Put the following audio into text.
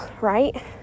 right